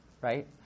right